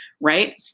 right